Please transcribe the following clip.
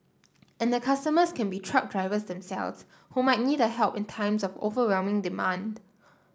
and the customers can be truck drivers themselves who might need a help in times of overwhelming demand